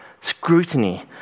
scrutiny